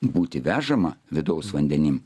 būti vežama vidaus vandenim